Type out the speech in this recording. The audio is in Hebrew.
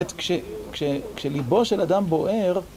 כשלבו של אדם בוער...